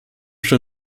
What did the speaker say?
schon